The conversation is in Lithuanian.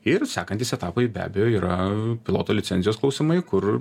ir sekantys etapai be abejo yra piloto licenzijos klausimai kur